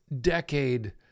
decade